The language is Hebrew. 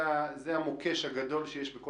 יש על זה תביעת בעלות שעדיין לא נפתרה.